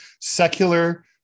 secular